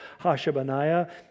Hashabaniah